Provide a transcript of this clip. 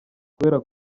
kubera